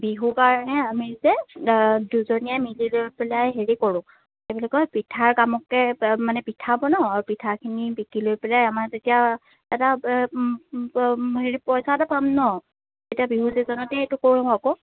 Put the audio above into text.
বিহুৰ কাৰণে আমি যে দুজনীয়ে মিলি লৈ পেলাই হেৰি কৰোঁ কি বুলি কয় পিঠাৰ কামকে মানে পিঠা বনাওঁ আৰু পিঠাখিনি বিকি লৈ পেলাই আমাৰ যেতিয়া এটা হেৰি পইছা এটা পাম ন তেতিয়া বিহু চিজনতে এইটো কৰোঁ আকৌ